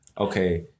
okay